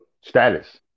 status